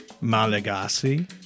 Malagasy